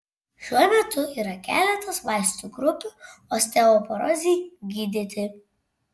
šiuo metu yra keletas vaistų grupių osteoporozei gydyti